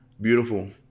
beautiful